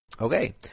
Okay